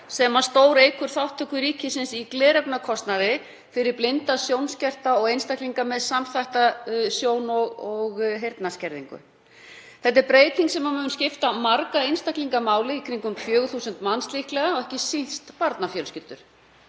sem stóreykur þátttöku ríkisins í gleraugnakostnaði fyrir blinda, sjónskerta og einstaklinga með samþætta sjón- og heyrnarskerðingu. Þetta er breyting sem mun skipta marga einstaklinga máli, líklega í kringum 4.000 manns, ekki síst barnafjölskyldur.